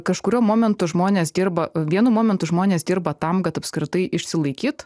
kažkuriuo momentu žmonės dirba vienu momentu žmonės dirba tam kad apskritai išsilaikyt